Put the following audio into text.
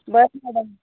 बरं मॅडम